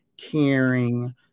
caring